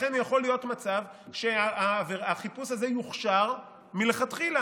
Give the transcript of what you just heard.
לכן יכול להיות מצב שהחיפוש הזה יוכשר מלכתחילה.